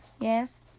Yes